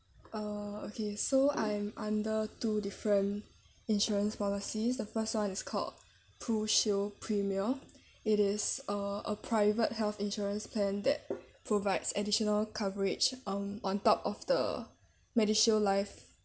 uh okay so I'm under two different insurance policies the first one is called prushield premier it is uh a private health insurance plan that provides additional coverage uh on top of the MediShield life